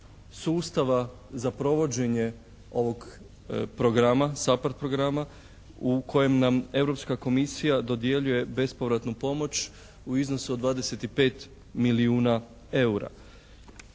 sustava za provođenje ovog programa, SAPARD programa u kojem nam Europska komisija dodjeljuje bespovratnu pomoć u iznosu od 25 milijuna EUR-a.